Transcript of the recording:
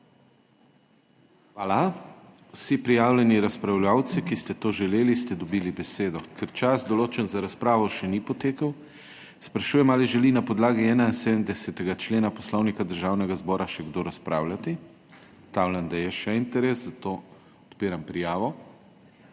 Hvala. Vsi prijavljeni razpravljavci, ki ste to želeli, ste dobili besedo. Ker čas, določen za razpravo, še ni potekel, sprašujem, ali želi na podlagi 71. člena Poslovnika Državnega zbora še kdo razpravljati. Ugotavljam, da je še interes, zato odpiram prijavo.